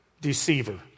Deceiver